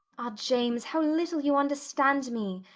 ah, james, how little you understand me,